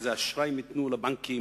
איזה אשראי הם ייתנו לבנקים,